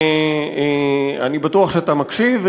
ואני בטוח שאתה מקשיב,